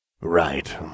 Right